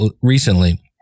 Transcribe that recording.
recently